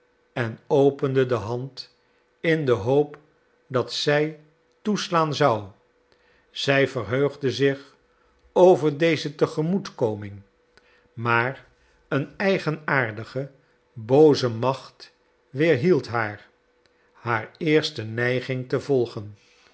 en opende de hand in de hoop dat zij toeslaan zou zij verheugde zich over deze tegemoetkoming maar een eigenaardige booze macht weerhield haar haar eerste neiging te volgen